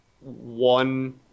one